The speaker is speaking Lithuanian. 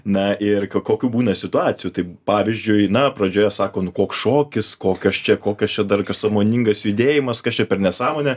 na ir kokių būna situacijų tai pavyzdžiui na pradžioje sako nu koks šokis kokios čia kokios čia dar sąmoningas judėjimas kas čia per nesąmonė